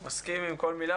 אני מסכים עם כל מילה.